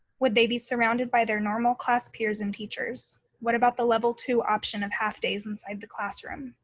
would they be surrounded by their normal class peers and teachers? what about the level two option of half days inside the classroom?